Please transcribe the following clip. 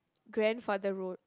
grandfather road